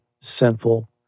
sinful